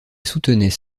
soutenaient